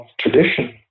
tradition